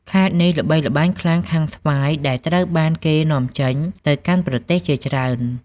ខេត្តនេះល្បីល្បាញខ្លាំងខាងស្វាយដែលត្រូវបានគេនាំចេញទៅកាន់ប្រទេសជាច្រើន។